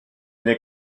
n’est